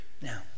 Now